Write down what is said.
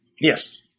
Yes